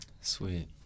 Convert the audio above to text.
Sweet